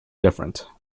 different